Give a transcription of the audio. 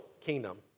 kingdom